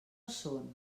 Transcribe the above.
són